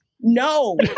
No